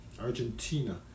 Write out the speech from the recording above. Argentina